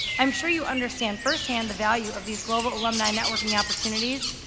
i'm sure you understand firsthand the value of these global alumni networking opportunities.